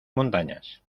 montañas